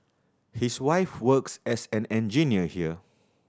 his wife works as an engineer here